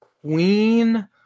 Queen